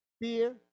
fear